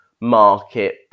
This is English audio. Market